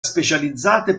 specializzate